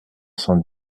cent